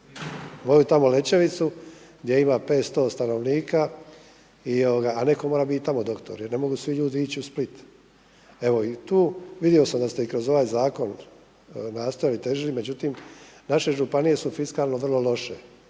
liječnika u Lećevicu, gdje ima 500 stanovnika, a netko mora biti i tamo doktor jer ne mogu svi ljudi ići u Split. Evo i tu vidio sam da ste i kroz ovaj zakon nastojali težiti, međutim naše županije su fiskalno vrlo loše.